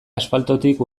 asfaltotik